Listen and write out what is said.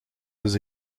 dus